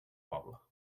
poble